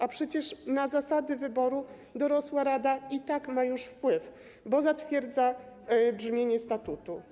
A przecież na zasady wyboru dorosła rada i tak ma już wpływ, bo zatwierdza brzmienie statutu.